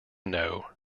know